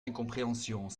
incompréhensions